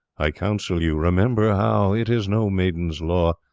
i counsel you, remember how, it is no maiden's law,